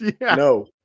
no